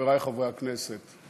חברי חברי הכנסת,